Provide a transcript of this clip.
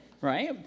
right